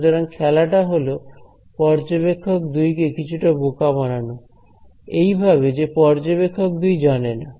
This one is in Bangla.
সুতরাং খেলাটা হলো পর্যবেক্ষক 2 কে কিছুটা বোকা বানানো এইভাবে যে পর্যবেক্ষক 2 জানেনা